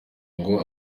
ngo